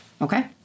okay